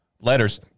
letters